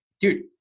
dude